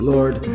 Lord